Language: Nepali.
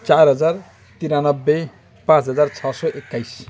चार हजार त्रियान्नब्बे पाँच हजार छ सौ एक्काइस